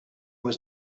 was